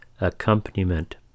accompaniment